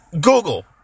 Google